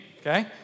okay